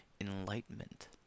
enlightenment